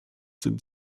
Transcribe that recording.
sind